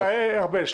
גב' פרוקציה,